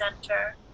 center